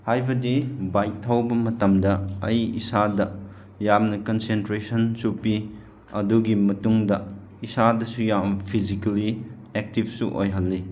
ꯍꯥꯏꯕꯗꯤ ꯕꯥꯏꯛ ꯊꯧꯕ ꯃꯇꯝꯗ ꯑꯩ ꯏꯁꯥꯗ ꯌꯥꯝꯅ ꯀꯟꯁꯦꯟꯇ꯭ꯔꯦꯁꯟꯁꯨ ꯄꯤ ꯑꯗꯨꯒꯤ ꯃꯇꯨꯡꯗ ꯏꯁꯥꯗꯁꯨ ꯌꯥꯝ ꯐꯤꯖꯤꯀꯦꯜꯂꯤ ꯑꯦꯛꯇꯤꯕꯁꯨ ꯑꯣꯏꯍꯜꯂꯤ